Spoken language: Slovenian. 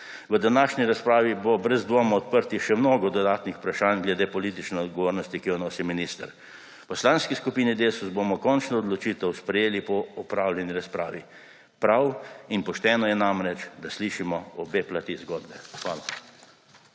V današnji razpravi bo brez dvoma odprtih še mnogo dodatnih vprašanj glede politične odgovornosti, ki jo nosi minister. V Poslanski skupini Desus bomo končno odločitev sprejeli po opravljeni razpravi. Prav in pošteno je namreč, da slišimo obe plati zgodbe. Hvala.